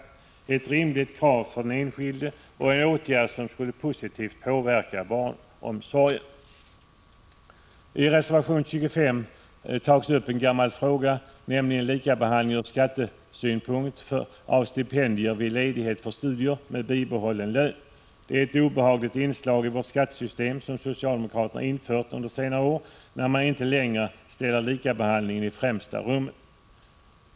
Det är ett rimligt krav för den enskilde, och det är en åtgärd som skulle påverka barnomsorgen positivt. I reservation 25 tas en gammal fråga upp, nämligen likabehandling ur skattesynpunkt när det gäller stipendier vid ledighet för studier med bibehållen lön. Det är ett obehagligt inslag i vårt skattesystem som socialdemokraterna har infört under senare år, när man inte längre ställer likabehandlingen i främsta rummet.